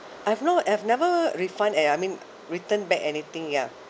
I've no I've never refund eh I mean return back anything ya